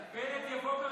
בנט יבוא ברביעי?